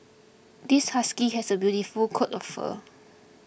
this husky has a beautiful coat of fur